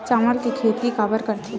चावल के खेती काबर करथे?